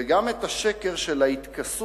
וגם את השקר של ההתכסות